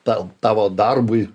tau tavo darbui